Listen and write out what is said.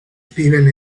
viven